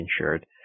insured